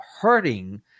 hurting